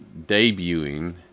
debuting